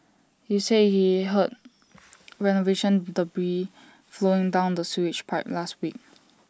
he said he heard renovation debris flowing down the sewage pipe last week